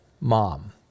mom